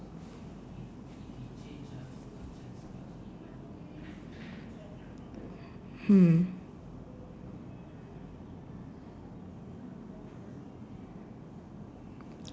hmm